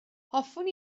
hoffwn